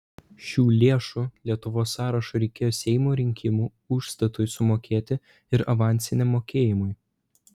šių lėšų lietuvos sąrašui reikėjo seimo rinkimų užstatui sumokėti ir avansiniam mokėjimui